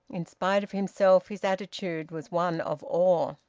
in spite of himself his attitude was one of awe.